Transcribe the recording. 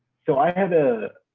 so i had, ah